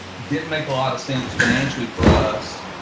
didn't make a lot of sense financially for us,